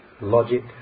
logic